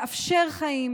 לאפשר חיים.